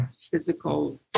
physical